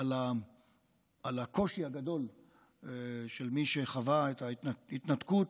על הקושי הגדול של מי שחווה את ההתנתקות,